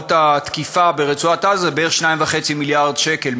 מנהרות התקיפה ברצועת-עזה זה בערך 2.5 מיליארד שקל,